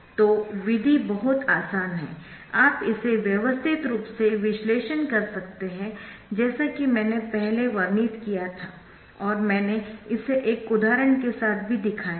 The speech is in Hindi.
तो विधि बहुत आसान है आप इसे व्यवस्थित रूप से विश्लेषण कर सकते है जैसा कि मैंने पहले वर्णित किया था और मैंने इसे एक उदाहरण के साथ भी दिखाया था